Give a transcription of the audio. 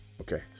Okay